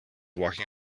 walking